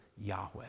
yahweh